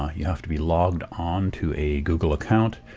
um you have to be logged on to a google account,